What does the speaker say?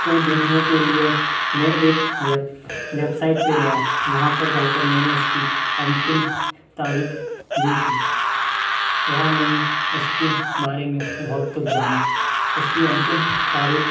को देखने के लिए मैं एक वेब वेबसाइट पे गया वहाँ पर जाकर मैंने उसकी अंतिम तारीख देखी वहाँ मैंने उसके बारे में बहुत कुछ जाना उसकी अंतिम तारीख